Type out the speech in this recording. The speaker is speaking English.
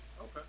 Okay